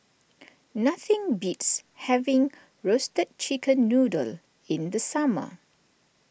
nothing beats having Roasted Chicken Noodle in the summer